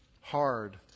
hard